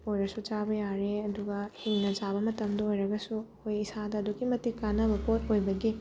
ꯑꯣꯏꯔꯁꯨ ꯆꯥꯕ ꯌꯥꯔꯦ ꯑꯗꯨꯒ ꯍꯤꯡꯅ ꯆꯥꯕ ꯃꯇꯝꯗ ꯑꯣꯏꯔꯒꯁꯨ ꯑꯩꯈꯣꯏ ꯏꯁꯥꯗ ꯑꯗꯨꯛꯀꯤ ꯃꯇꯤꯛ ꯀꯥꯟꯅꯕ ꯄꯣꯠ ꯑꯣꯏꯕꯒꯤ